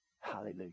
Hallelujah